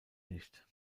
nicht